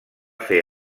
fer